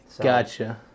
Gotcha